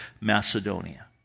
Macedonia